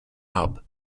hub